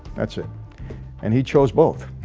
that's it and he chose both?